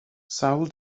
sawl